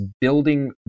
building